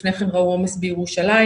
לפני כן ראו סביב ירושלים.